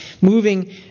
moving